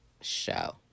show